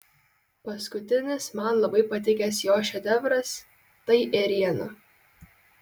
paskutinis man labai patikęs jo šedevras tai ėriena